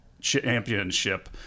Championship